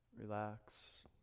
relax